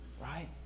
Right